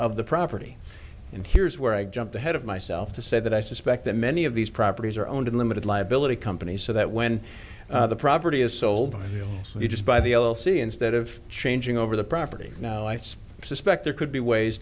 of the property and here's where i jumped ahead of myself to say that i suspect that many of these properties are owned in limited liability company so that when the property is sold you just buy the l l c instead of changing over the property now it's suspect there could be ways